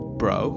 bro